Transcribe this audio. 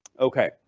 Okay